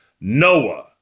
Noah